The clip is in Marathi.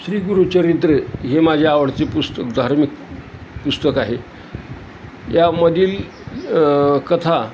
श्री गुरु चरित्र हे माझे आवडचे पुस्तक धार्मिक पुस्तक आहे यामधील कथा